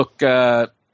look